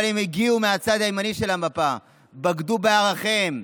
אבל הם הגיעו מהצד הימני של המפה ובגדו בערכיהם,